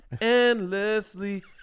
endlessly